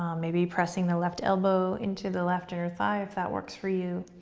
maybe pressing the left elbow into the left inner thigh, if that works for you.